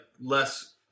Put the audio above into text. less